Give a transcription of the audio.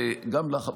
גם לך,